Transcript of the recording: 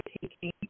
taking